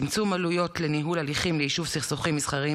יביא לצמצום עלויות של ניהול הליכים ליישוב סכסוכים מסחריים